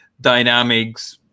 dynamics